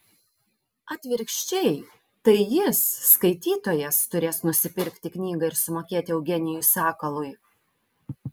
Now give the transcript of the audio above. atvirkščiai tai jis skaitytojas turės nusipirkti knygą ir sumokėti eugenijui sakalui